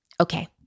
Okay